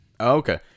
Okay